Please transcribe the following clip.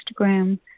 Instagram